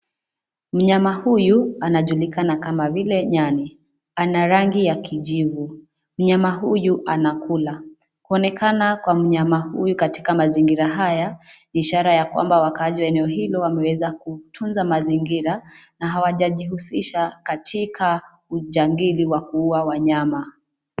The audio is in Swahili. Mnyama huyu anajulikana kama vile nyani ana rangi ya kiijivu mnyama huyu anakula. Kuonekana kwa mnyama huyu katika mazingara haya ni ishara ya kwamba wakaazi wa eneo hilo wameweza kutunza mazingira na hawa jihusisha katika ujangili wa kuua wanyama.